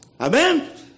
Amen